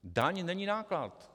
Daň není náklad.